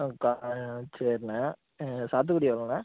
ஆ சேரிண்ணா சாத்துக்குடி எவ்ளோண்ணா